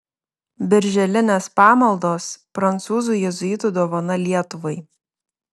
birželinės pamaldos prancūzų jėzuitų dovana lietuvai